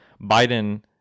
biden